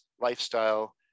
lifestyle